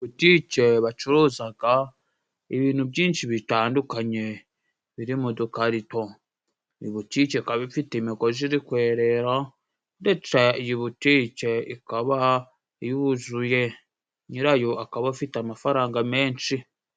Butike bacuruzaga ibintu byinshi bitandukanye biri mu dukarito. Iyi butike ikaba ifite imigozi iri kwerera ndetse iyi butike ikaba yuzuye, nyirayo akaba afite amafaranga menshi.